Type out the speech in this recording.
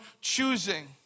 choosing